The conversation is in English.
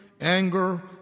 anger